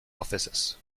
offices